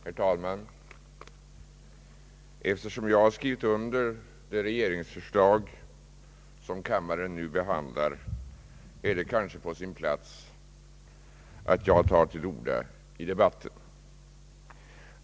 Herr talman! Eftersom jag har skrivit under det regeringsförslag som kammaren nu behandlar är det kanske på sin plats att jag tar till orda i debatten.